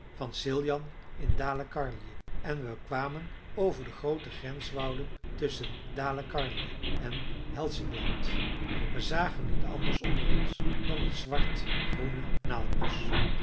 van siljan in dalecarlië en we kwamen over de groote grenswouden tusschen dalecarlië en helsingland we zagen niet anders onder ons dan het zwart groene naaldbosch